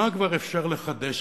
מה כבר אפשר לחדש?